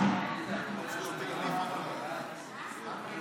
להעביר את הצעת חוק האזרחים הוותיקים